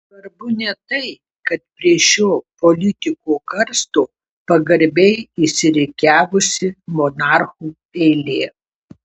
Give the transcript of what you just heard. svarbu ne tai kad prie šio politiko karsto pagarbiai išsirikiavusi monarchų eilė